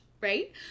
right